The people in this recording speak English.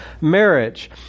marriage